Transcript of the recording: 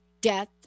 death